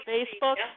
Facebook